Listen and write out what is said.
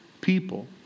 people